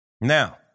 Now